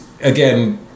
Again